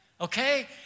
Okay